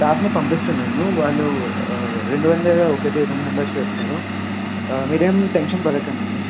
స్టాఫ్ని పంపిస్తున్నాను వాళ్ళు రెండు వందల ఒకటి రూమ్ నెంబర్కి వస్తారు మీరు ఏమి టెన్షన్ పడకండి